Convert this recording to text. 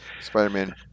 Spider-Man